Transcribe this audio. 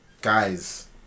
guys